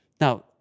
Now